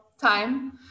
time